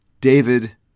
David